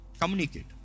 communicate